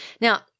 Now